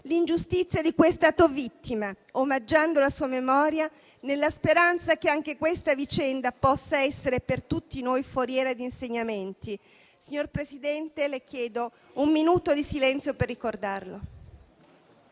l'ingiustizia di cui è stato vittima, omaggiando la sua memoria, nella speranza che anche questa vicenda possa essere per tutti noi foriera di insegnamenti. Signor Presidente, le chiedo un minuto di silenzio per ricordarlo.